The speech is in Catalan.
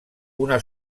una